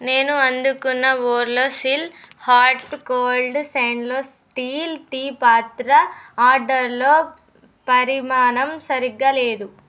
నేను అందుకున్న Borosil hot cold stainless steel tea పాత్ర ఆర్డర్లో పరిమాణం సరిగ్గా లేదు